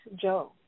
Joe